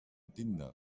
tinder